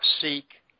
seek